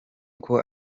uko